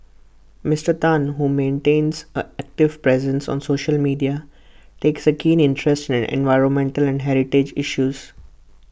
Mister Tan who maintains an active presence on social media takes A keen interest in environmental and heritage issues